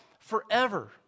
forever